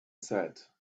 said